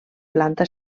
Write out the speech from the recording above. planta